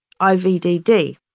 IVDD